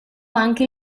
anche